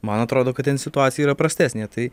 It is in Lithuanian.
man atrodo kad ten situacija yra prastesnė tai